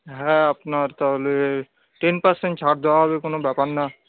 হ্যাঁ আপনার তাহলে টেন পার্সেন্ট ছাড় দেওয়া হবে কোনো ব্যাপার না